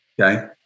Okay